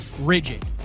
rigid